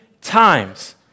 times